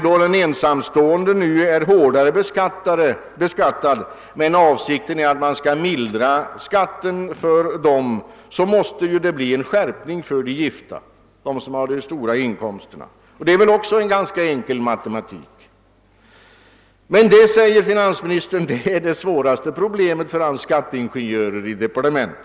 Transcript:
De ensamstående är nu hårdare beskattade än andra, och när avsikten är att mildra skatten för dem måste det bli en skärpning för de gifta som har de stora inkomsterna. Det är väl också ganska enkel matematik. Men detta är, säger finansministern, det svåraste problemet för hans skatteingenjörer i departementet.